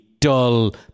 dull